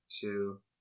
two